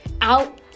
out